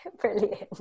Brilliant